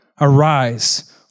Arise